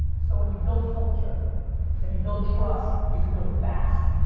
so when you build culture and you build trust, you can go fast.